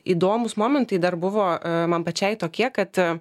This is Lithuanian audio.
įdomūs momentai dar buvo man pačiai tokie kad